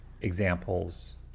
examples